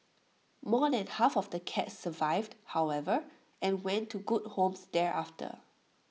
more than half of the cats survived however and went to good homes thereafter